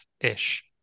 ish